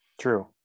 True